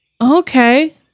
Okay